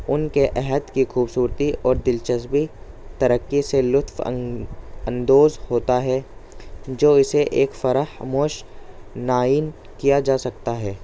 ان کے عہد کی خوبصورتی اور دلچسپی ترقی سے لطف ان اندوز ہوتا ہے جو اسے ایک فراموش نہیں کیا جا سکتا ہے